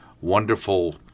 wonderful